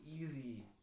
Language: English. easy